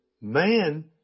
man